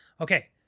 Okay